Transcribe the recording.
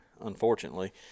unfortunately